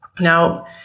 Now